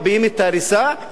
עד שמגיעים להסכמה,